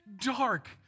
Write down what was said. dark